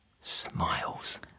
smiles